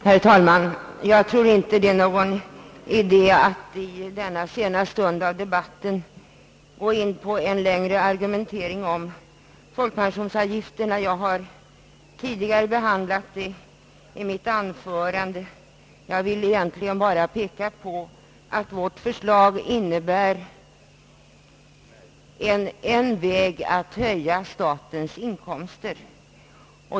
Herr talman! Jag tror inte att det är någon idé att i denna sena stund av debatten gå in på en längre argumentering om folkpensionsavgifterna. Jag har tidigare behandlat detta i mitt anförande. Jag vill bara peka på att vårt förslag innebär en väg att höja statens inkomster.